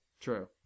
True